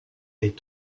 est